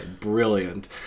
Brilliant